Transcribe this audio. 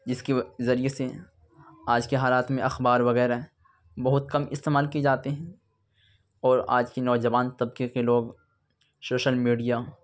جس کے ذریعے سے آج کے حالات میں اخبار وغیرہ بہت کم استعمال کئے جاتے ہیں اور آج کے نوجوان طبقے کے لوگ سوشل میڈیا